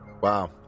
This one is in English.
Wow